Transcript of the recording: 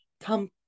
come